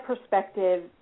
perspective